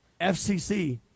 FCC